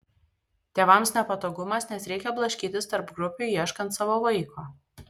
tėvams nepatogumas nes reikia blaškytis tarp grupių ieškant savo vaiko